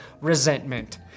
resentment